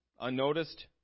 unnoticed